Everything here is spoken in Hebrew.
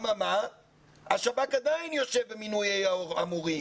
אבל השב"כ עדיין יושב במינויי המורים.